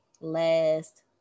last